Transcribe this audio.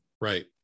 Right